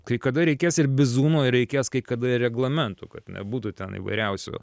kai kada reikės ir bizūno ir reikės kai kada reglamentų kad nebūtų ten įvairiausių